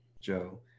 Joe